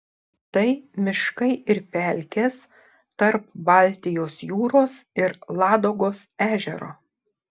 tai miškai ir pelkės tarp baltijos jūros ir ladogos ežero